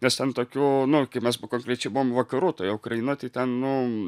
nes ten tokių nu kaip mes konkrečiai buvom vakarų toj ukrainoj tai ten nu